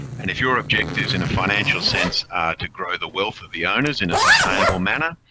and if your objectives in a financial sense are to grow the wealth of the owners in a sustainable manner,